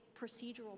procedural